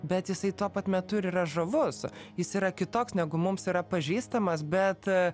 bet jisai tuo pat metu ir yra žavus jis yra kitoks negu mums yra pažįstamas bet